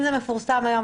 אם זה מפורסם היום,